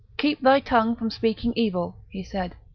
keep thy tongue from speaking evil, he said.